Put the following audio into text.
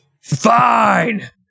Fine